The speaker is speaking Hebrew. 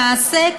למעשה,